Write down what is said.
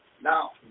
Now